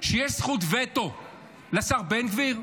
שיש זכות וטו לשר בן גביר?